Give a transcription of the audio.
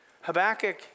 Habakkuk